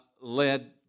led